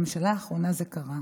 בממשלה האחרונה זה קרה.